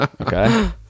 okay